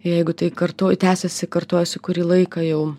jeigu tai kartu tęsiasi kartojasi kurį laiką jau